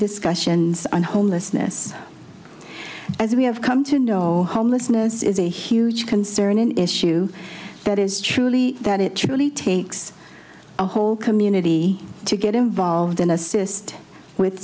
discussions on homelessness as we have come to know homelessness is a huge concern an issue that is truly that it truly takes a whole community to get involved and assist with